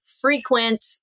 frequent